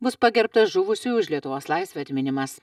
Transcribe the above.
bus pagerbtas žuvusiųjų už lietuvos laisvę atminimas